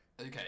okay